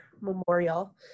memorial